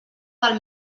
del